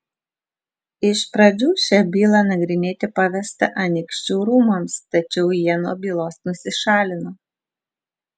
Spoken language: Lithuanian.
iš pradžių šią bylą nagrinėti pavesta anykščių rūmams tačiau jie nuo bylos nusišalino